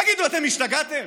תגידו, אתם השתגעתם?